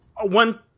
one